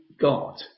God